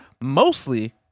mostly